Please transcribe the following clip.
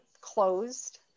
closed